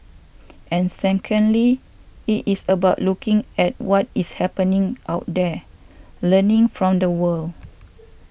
and secondly it is about looking at what is happening out there learning from the world